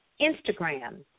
Instagram